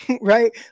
right